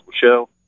show